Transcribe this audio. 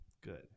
good